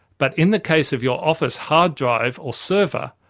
but in the case of your office hard drive or server,